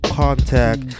contact